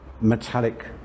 metallic